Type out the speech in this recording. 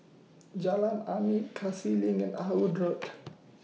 Jalan Arnap Cassia LINK and Ah Hood Road